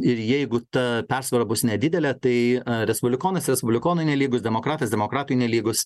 ir jeigu ta persvara bus nedidelė tai respublikonas respublikonui nelygus demokratas demokratui nelygus